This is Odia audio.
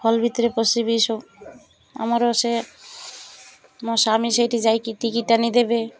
ହଲ୍ ଭିତରେ ଆମର ସେ ମୋ ସ୍ୱାମୀ ସେଇଠି ଯାଇକି ଟିକେଟ୍ ଆଣିଦେବେ